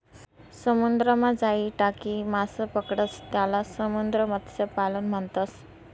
समुद्रमा जाई टाकी मासा पकडतंस त्याले समुद्र मत्स्यपालन म्हणतस